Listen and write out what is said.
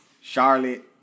Charlotte